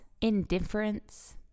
indifference